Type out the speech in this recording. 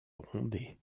grondé